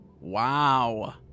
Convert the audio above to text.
Wow